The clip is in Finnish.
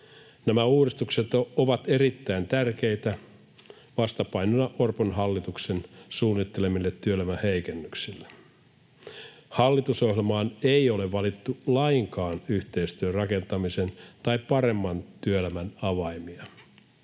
Nämä uudistukset ovat erittäin tärkeitä vastapainona Orpon hallituksen suunnittelemille työelämän heikennyksille. Hallitusohjelmaan ei ole valittu lainkaan yhteistyön rakentamisen tai paremman työelämän avaimia.